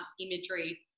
imagery